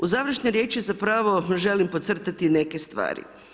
U završnoj riječi zapravo želim podcrtati neke stvari.